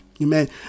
amen